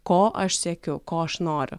ko aš siekiu ko aš noriu